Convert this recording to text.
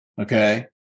Okay